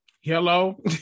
Hello